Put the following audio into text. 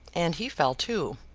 and he fell too.